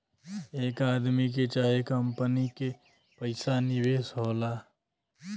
एक आदमी के चाहे कंपनी के पइसा निवेश होला